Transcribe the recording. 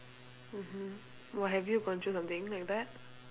mmhmm what have you gone through something like that